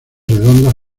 redondas